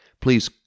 Please